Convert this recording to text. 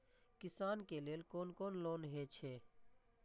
किसान के लेल कोन कोन लोन हे छे?